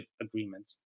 agreements